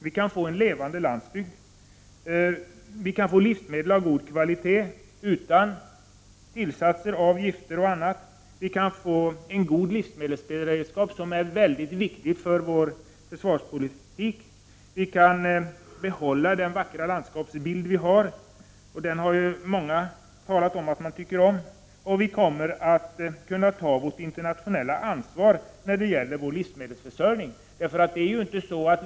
Vi kan få en levande landsbygd, livsmedel av god kvalitet utan tillsatser av gifter, en god livsmedelsberedskap som är viktig för försvarspolitiken, behålla den vackra landskapsbilden som många har sagt att de tycker om, och vi kommer att kunna ta vårt internationella ansvar när det gäller livsmedelsförsörjningen.